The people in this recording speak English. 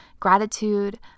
gratitude